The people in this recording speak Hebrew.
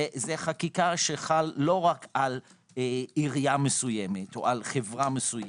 זה חקיקה שחל לא רק על עירייה מסוימת או על חברה מסוימת,